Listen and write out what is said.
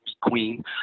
queen